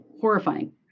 Horrifying